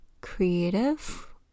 creative